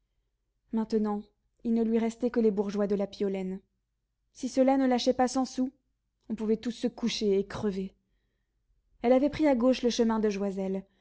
maintenant il ne lui restait que les bourgeois de la piolaine si ceux-là ne lâchaient pas cent sous on pouvait tous se coucher et crever elle avait pris à gauche le chemin de